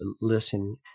listen